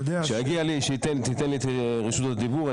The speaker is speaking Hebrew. כשתיתן לי את רשות הדיבור,